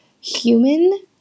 human